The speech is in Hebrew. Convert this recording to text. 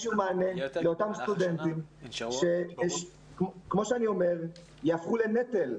מענה לאותם סטודנטים, שכפי שאני אומר, יהפכו לנטל.